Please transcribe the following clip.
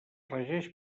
regeix